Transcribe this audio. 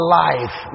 life